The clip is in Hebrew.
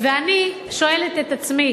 ואני שואלת את עצמי